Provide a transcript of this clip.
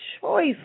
choice